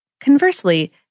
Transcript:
Conversely